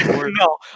No